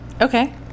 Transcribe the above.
Okay